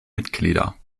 mitglieder